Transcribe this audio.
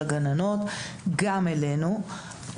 לגננות וגם אלינו.